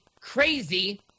crazy